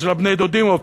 של הבני-דודים עופר,